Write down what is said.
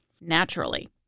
Naturally